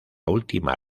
última